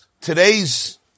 Today's